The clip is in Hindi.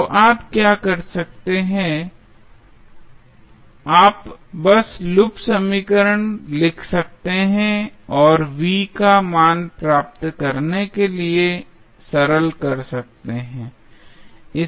तो आप क्या कर सकते हैं आप बस लूप समीकरण लिख सकते हैं और v का मान प्राप्त करने के लिए सरल कर सकते हैं